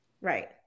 Right